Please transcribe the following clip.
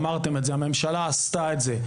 אמרתם את זה, הממשלה עשתה את זה.